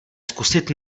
zkusit